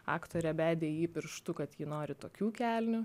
aktorė bedė į jį pirštu kad ji nori tokių kelnių